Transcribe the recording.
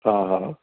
हा हा